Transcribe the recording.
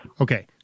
Okay